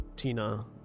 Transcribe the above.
Tina